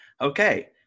Okay